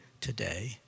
today